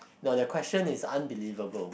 no the question is unbelievable